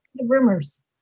rumors